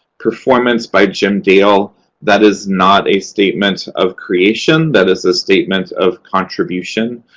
performance by jim dale that is not a statement of creation. that is a statement of contribution.